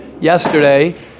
yesterday